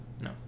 No